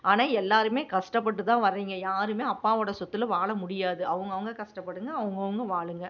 ஆனால் எல்லோருமே கஷ்டப்பட்டு தான் வரிங்க யாருமே அப்பாவோடய சொத்தில் வாழ முடியாது அவுங்கவங்க கஷ்டப்படுங்கள் அவுங்கவங்க வாழுங்கள்